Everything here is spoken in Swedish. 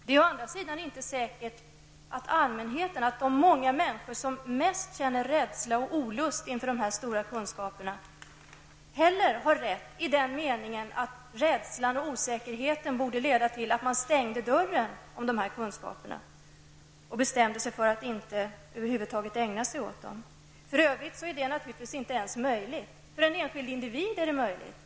Det är å andra sidan inte säkert att allmänheten, de många människor som mest känner rädsla och olust inför dessa stora kunskaper, har rätt i den meningen att rädslan och osäkerheten borde leda till att man skall stänga dörren om dessa kunskaper och bestämma sig för att över huvud taget inte ägna sig åt dem. För övrigt är det naturligtvis inte ens möjligt. För en enskild individ är det dock möjligt.